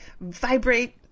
vibrate